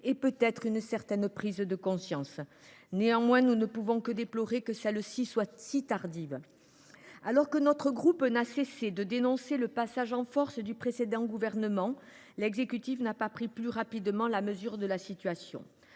et, peut être, une certaine prise de conscience. Néanmoins, nous ne pouvons que déplorer que celle ci soit si tardive. Alors que notre groupe n’a cessé de dénoncer le passage en force du précédent gouvernement, l’exécutif n’a pas pris la mesure de la situation